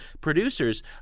producers